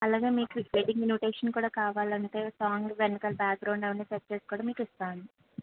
అలాగే మీకు wedding invitation కూడా కావాలంటే సాంగ్ వెనకాల బ్యాక్గ్రౌండ్ అవన్నీ సెట్ చేసి కూడా మీకు ఇస్తామండి